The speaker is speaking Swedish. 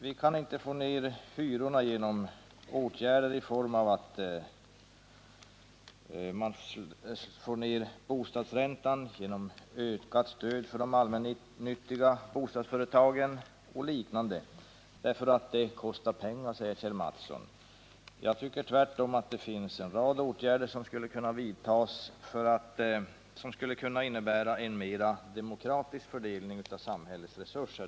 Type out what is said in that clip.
Vi kan inte minska hyrorna genom ingrepp för att få ned bostadsräntan, genom ökat stöd till de allmännyttiga bostadsföretagen och liknande åtgärder, eftersom det kostar pengar, säger Kjell Mattsson. Jag tycker tvärtom att det finns en rad möjliga åtgärder, som skulle kunna innebära en mer demokratisk fördelning av samhällets resurser.